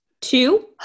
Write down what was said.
Two